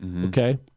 Okay